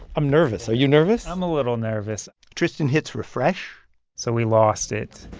i'm nervous. are you nervous? i'm a little nervous tristan hits refresh so we lost it